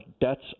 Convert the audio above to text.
debts